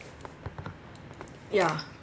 ya